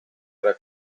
era